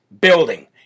building